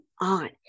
on